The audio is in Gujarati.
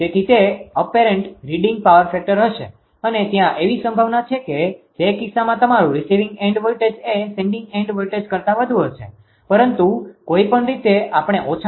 તેથી તે અપેરન્ટ રીડીંગ પાવર ફેક્ટર હશે અને ત્યાં એવી સંભાવના છે કે તે કિસ્સામાં તમારું રિસીવિંગ એન્ડ વોલ્ટેજ એ સેન્ડીંગ એન્ડ વોલ્ટેજ કરતા વધુ હશે પરંતુ કોઈપણ રીતે આપણે ઓછાને લઈશું